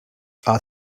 are